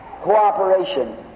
cooperation